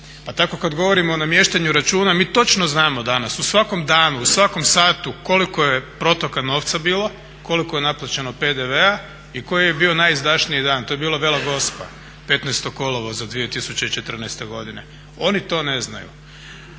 Pa tako kad govorimo o namještanju računa mi točno znamo danas u svakom danu, u svakom satu koliko je protoka novca bilo, koliko je naplaćeno PDV-a i koji je bio najizdašniji dan. To je bila Vela Gospa, 15. kolovoza 2014. godine. Oni to ne znaju.